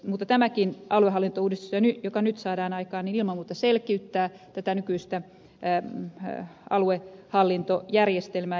mutta tämäkin aluehallintouudistus joka nyt saadaan aikaan ilman muuta selkiyttää tätä nykyistä aluehallintojärjestelmää